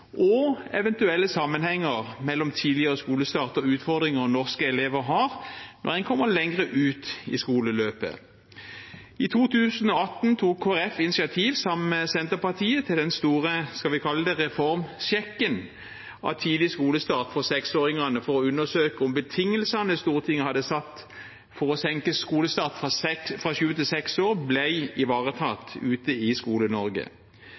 og eventuelle sammenhenger mellom tidligere skolestart og utfordringer norske elever har når de kommer lenger ut i skoleløpet. I 2018 tok Kristelig Folkeparti initiativ sammen med Senterpartiet til den store – skal vi kalle det – reformsjekken av tidlig skolestart for seksåringene for å undersøke om betingelsene Stortinget hadde satt for å senke skolestart fra syv til seks år, ble ivaretatt ute i